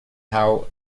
how